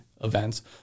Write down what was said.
events